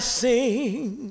sing